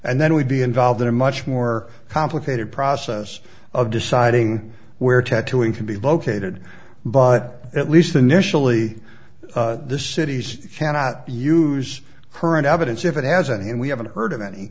and then we'd be involved in a much more complicated process of deciding where tattooing can be located but at least initially this city's cannot use current evidence if it hasn't and we haven't heard of any